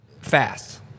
fast